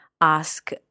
ask